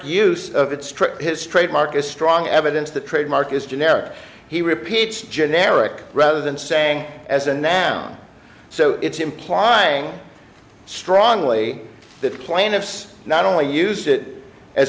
use of it strip his trademark is strong evidence the trademark is generic he repeats generic rather than saying as a noun so it's implying strongly that plaintiffs not only used it as